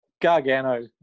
Gargano